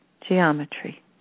geometry